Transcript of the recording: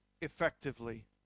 effectively